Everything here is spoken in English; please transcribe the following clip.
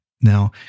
Now